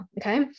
Okay